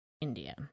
India